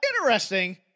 Interesting